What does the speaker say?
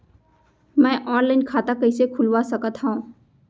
मैं ऑनलाइन खाता कइसे खुलवा सकत हव?